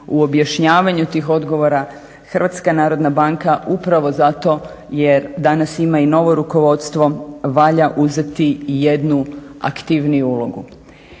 u objašnjavanju tih odgovora HNB upravo zato jer danas ima i novo rukovodstvo, valja uzeti jednu aktivniju ulogu.